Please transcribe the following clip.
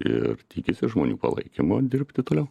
ir tikisi žmonių palaikymo dirbti toliau